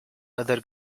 other